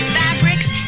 fabrics